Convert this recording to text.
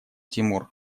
тимур